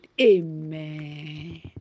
Amen